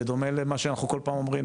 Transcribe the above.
בדומה למה שאנחנו כל פעם אומרים,